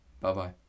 Bye-bye